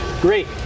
Great